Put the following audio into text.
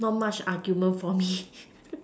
not much argument for me